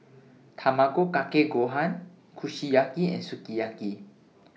Tamago Kake Gohan Kushiyaki and Sukiyaki